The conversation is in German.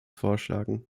vorschlagen